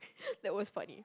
that was funny